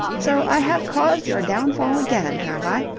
so i have caused your downfall again, have i?